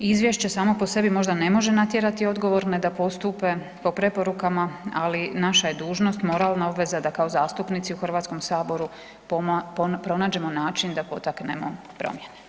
Izvješće samo po sebi možda ne može natjerati odgovorne da postupe po preporukama, ali naša je dužnost, moralna obveza da kao zastupnici u Hrvatskom saboru pronađemo način da potaknemo promjene.